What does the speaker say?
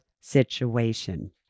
situation